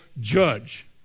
judge